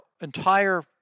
entire